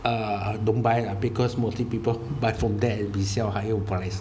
uh don't buy lah because mostly people buy from there and resell for higher price